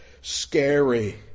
scary